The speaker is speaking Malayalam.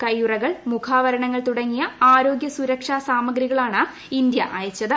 കൈയുറകൾ മുപ്പൂാവരണങ്ങൾ തുടങ്ങിയ ആരോഗ്യ സുരക്ഷാ സാമഗ്രികളാണ് ഇത്ത്യ അയച്ചത്